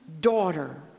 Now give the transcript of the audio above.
daughter